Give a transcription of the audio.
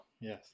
Yes